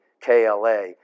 KLA